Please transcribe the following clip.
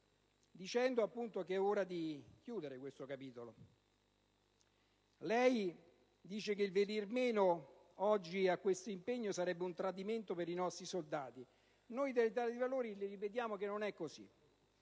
dicendo che è ora di chiudere questo capitolo. Signor Ministro, lei dice che il venire meno, oggi, al nostro impegno sarebbe un tradimento per i nostri soldati. Noi dell'Italia dei Valori le ripetiamo che non è così.